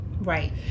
right